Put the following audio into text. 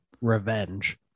revenge